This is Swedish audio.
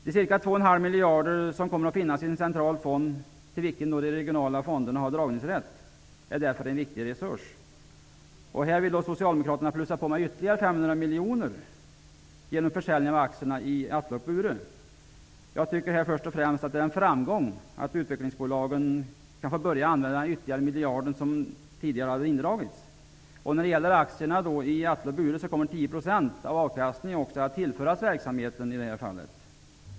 De ca 2,5 miljarder som kommer att finnas i en central fond, till vilken de regionala fonderna har dragningsrätt, är därför en viktig resurs. Socialdemokraterna vill plussa på med ytterligare Bure. Jag tycker först och främst att det är en framgång att utvecklingsbolagen kan börja använda den ytterligare miljard som tidigare var indragen. När det gäller aktierna i Atle och Bure kommer 10 % av avkastningen att tillföras verksamheten i alla fall.